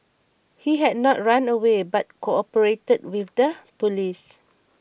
he had not run away but cooperated with the police